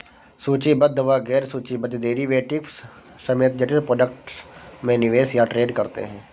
सूचीबद्ध व गैर सूचीबद्ध डेरिवेटिव्स समेत जटिल प्रोडक्ट में निवेश या ट्रेड करते हैं